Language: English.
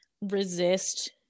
resist